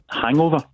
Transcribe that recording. hangover